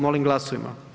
Molim glasujmo.